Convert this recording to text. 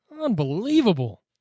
Unbelievable